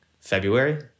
February